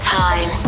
time